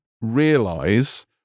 realize